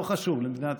לא חשוב לאיפה.